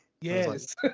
Yes